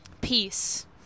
peace